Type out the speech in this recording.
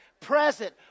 present